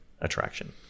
attraction